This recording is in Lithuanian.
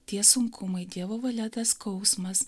tie sunkumai dievo valia tas skausmas